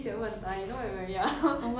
so 你是一个怎么样的人